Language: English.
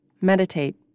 meditate